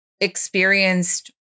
Experienced